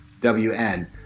W-N